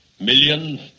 millions